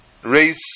Race